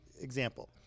example